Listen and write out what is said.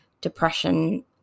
depression